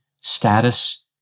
status